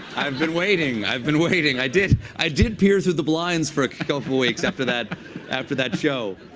i've been waiting. i've been waiting. i did i did peer through the blinds for a couple weeks after that after that show.